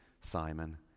Simon